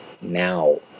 now